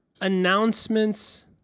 Announcements